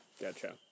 Gotcha